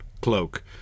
cloak